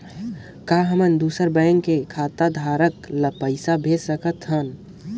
का हमन दूसर बैंक के खाताधरक ल पइसा भेज सकथ हों?